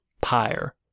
Pyre